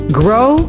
grow